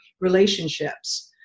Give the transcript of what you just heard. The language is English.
relationships